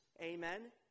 Amen